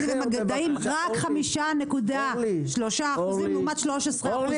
אנגלית ומדעים רק 5.3% לעומת 13% במרכז.